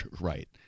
right